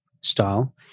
style